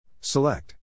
Select